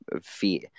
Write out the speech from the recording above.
fear